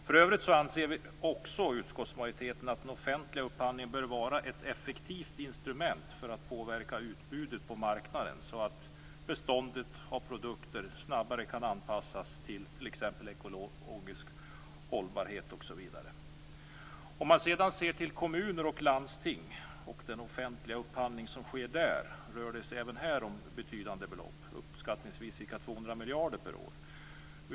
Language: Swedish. För övrigt anser också utskottsmajoriteten att en offentlig upphandling bör vara ett effektivt instrument för att påverka utbudet på marknaden så att beståndet av produkter snabbare kan anpassas till t.ex. krav på ekologisk hållbarhet osv. Om man sedan ser till kommuner och landsting och den offentliga upphandling som sker där rör det sig även där om betydande belopp, uppskattningsvis ca 200 miljarder per år.